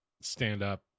stand-up